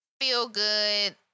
feel-good